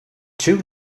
too